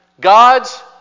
God's